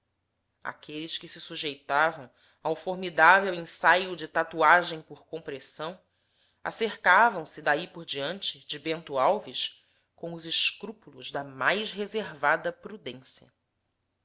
aqueles que se sujeitavam ao formidável ensaio de tatuagem por compressão acercavam se daí por diante de bento alves com os escrúpulos da mais reservada prudência